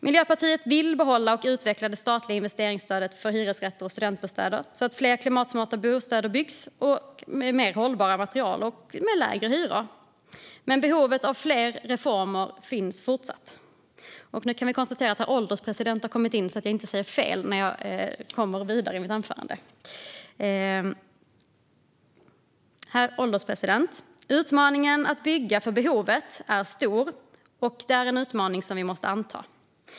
Miljöpartiet vill behålla och utveckla det statliga investeringsstödet för hyresrätter och studentbostäder så att det byggs fler klimatsmarta bostäder med mer hållbara material och med lägre hyror. Behovet av fler reformer finns dock fortfarande. Nu kan vi konstatera att herr ålderspresident har kommit in, så att jag inte säger fel när jag går vidare i mitt anförande. Herr ålderspresident! Utmaningen att bygga för behovet är stor, och det är en utmaning som vi måste anta.